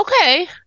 Okay